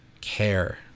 care